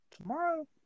Tomorrow